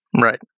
Right